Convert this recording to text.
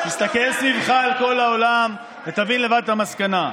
תסתכל סביבך על כל העולם ותבין לבד את המסקנה.